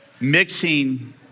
mixing